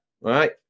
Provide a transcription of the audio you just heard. right